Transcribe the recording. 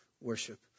worship